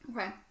Okay